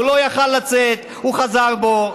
הוא לא יכול היה לצאת, הוא חזר בו.